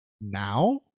Now